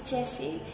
Jesse